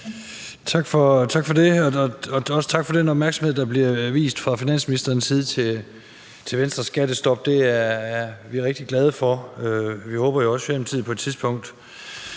Tak for det. Også tak for den opmærksomhed, der bliver vist fra finansministerens side, til Venstres skattestop. Det er vi rigtig glade for. Vi håber jo også, at Socialdemokratiet på et tidspunkt